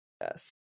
Yes